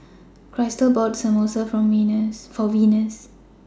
Krystle bought Samosa For Venus